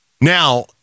Now